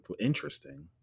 interesting